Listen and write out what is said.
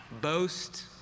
boast